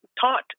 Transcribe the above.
taught